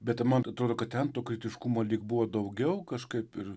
bet man atrodo kad ten to kritiškumo lyg buvo daugiau kažkaip ir